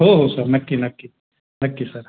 हो हो सर नक्की नक्की नक्की सर